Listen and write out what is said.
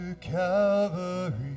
Calvary